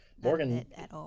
Morgan